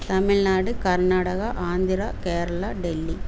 Tamil Nadu Karnataka Andhra Kerala Delhi